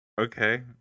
Okay